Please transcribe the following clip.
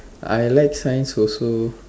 I like science also